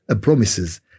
promises